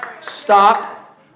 Stop